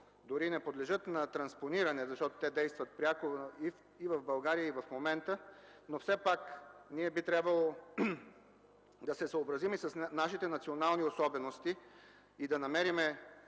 дори не подлежат на транспониране, защото действат пряко в България и в момента. Все пак би трябвало да се съобразим и с нашите национални особености и да намерим